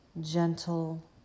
gentle